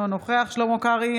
אינו נוכח שלמה קרעי,